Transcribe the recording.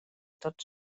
tots